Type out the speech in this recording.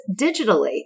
digitally